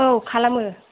औ खालामो